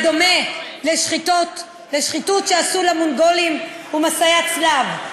בדומה לשחיטות שעשו המונגולים ומסעי הצלב.